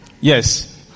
yes